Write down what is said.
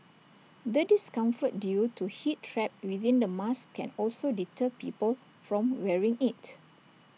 the discomfort due to heat trapped within the mask can also deter people from wearing IT